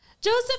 Joseph